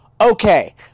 Okay